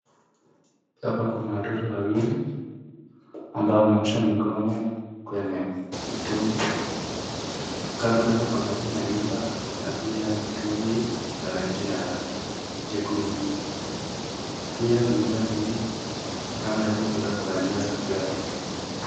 Hapa kuna watoto wawili ambao wanaosha mikono kwenye mtungi, kando tunaweza kuangalia nyumba na pia mtungi ya rangi ya jekundu. Pia nyumba hii kando yake unataka kuangalia gari.